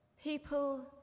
People